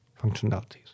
functionalities